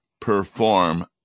perform